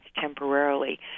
temporarily